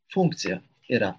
funkcija yra